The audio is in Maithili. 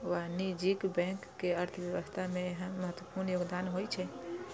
वाणिज्यिक बैंक के अर्थव्यवस्था मे महत्वपूर्ण योगदान होइ छै